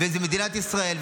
זו מדינת ישראל,